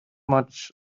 much